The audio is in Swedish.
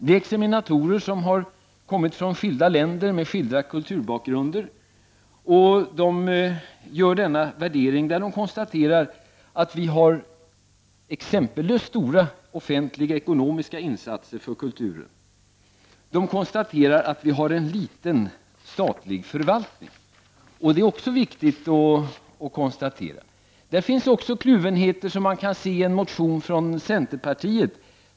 Det är examinatorer från skilda länder med skilda kulturbakgrunder som gör denna värdering där de konstaterar att vi i Sverige gör exempellöst stora offentliga ekonomiska insatser för kulturen. De konstaterar att vi har en liten statlig förvaltning, och det är viktigt att konstatera, för på den punkten finns det också kluvenheter som man kan se i en motion från centerpartiet.